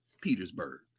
petersburg